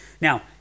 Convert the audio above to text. Now